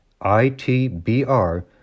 ITBR